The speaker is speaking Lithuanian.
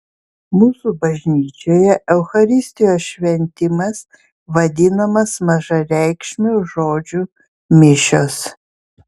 mūsų bažnyčioje eucharistijos šventimas vadinamas mažareikšmiu žodžiu mišios